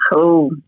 Cool